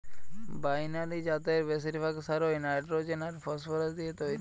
binary জাতের বেশিরভাগ সারই নাইট্রোজেন আর ফসফরাস দিয়ে তইরি